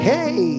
Hey